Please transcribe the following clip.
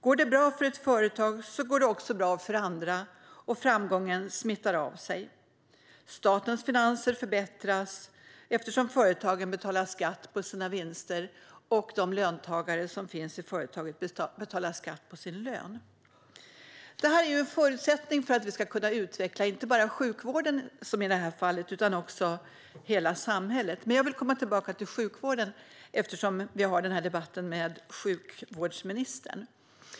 Går det bra för ett företag går det också bra för andra. Framgången smittar av sig. Statens finanser förbättras eftersom företagen betalar skatt på sina vinster och eftersom de löntagare som finns i företagen betalar skatt på sin lön. Detta är en förutsättning för att vi ska kunna utveckla inte bara sjukvården, som i det här fallet, utan också hela samhället. Men jag vill komma tillbaka till sjukvården, eftersom vi har denna debatt med sjukvårdsministern.